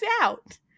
out